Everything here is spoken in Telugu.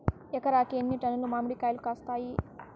ఎకరాకి ఎన్ని టన్నులు మామిడి కాయలు కాస్తాయి?